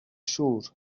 siŵr